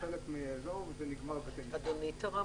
בחלק מהאזור זה נגמר --- אדוני תרם